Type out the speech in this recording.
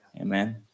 Amen